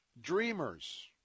dreamers